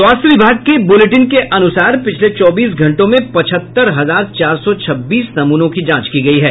स्वास्थ्य विभाग की बुलेटिन के अनुसार पिछले चौबीस घंटों में पचहत्तर हजार चार सौ छब्बीस नमूनों की जांच हुई है